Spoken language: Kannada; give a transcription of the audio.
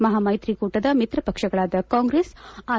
ಮಹಾ ಮೈತ್ರಿಕೂಟದ ಮಿತ್ರ ಪಕ್ಷಗಳಾದ ಕಾಂಗ್ರೆಸ್ ಆರ್